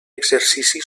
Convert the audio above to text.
exercici